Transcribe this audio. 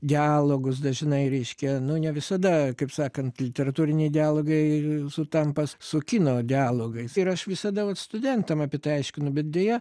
dialogus dažnai reiškia nu ne visada kaip sakant literatūriniai dialogai sutampa su kino dialogais ir aš visada vat studentam apie tai aiškinu bet deja